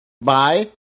Bye